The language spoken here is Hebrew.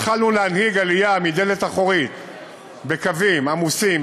התחלנו להנהיג עלייה מהדלת האחורית בקווים עמוסים.